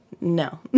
No